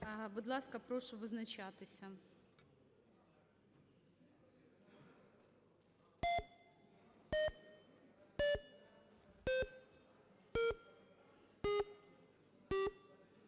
Будь ласка, прошу визначатися.